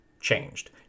changed